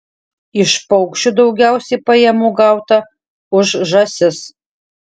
iš paukščių daugiausiai pajamų gauta už žąsis